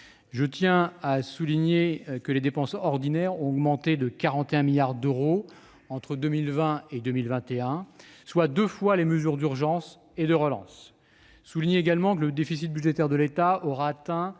à 8,2 %. Soulignons que les dépenses ordinaires ont augmenté de 41 milliards d'euros entre 2020 et 2021, soit deux fois le montant des mesures d'urgence et de relance. Je signale également que le déficit budgétaire de l'État s'établira